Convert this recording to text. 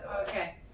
Okay